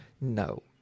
No